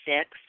Six